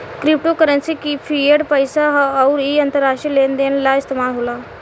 crypto currency fiat पईसा ह अउर इ अंतरराष्ट्रीय लेन देन ला इस्तमाल होला